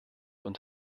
und